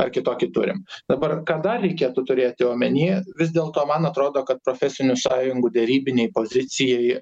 ar kitokį turim dabar ką dar reikėtų turėti omeny vis dėl to man atrodo kad profesinių sąjungų derybinei pozicijai